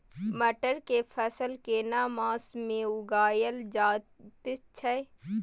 मटर के फसल केना मास में उगायल जायत छै?